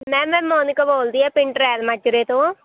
ma'am ਮੈਂ ਮੋਨਿਕਾ ਬੋਲਦੀ ਹਾਂ ਪਿੰਡ ਰੈਲ ਮਾਜਰੇ ਤੋਂ